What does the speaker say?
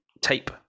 tape